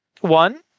one